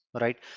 right